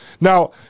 Now